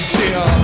dear